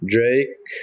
Drake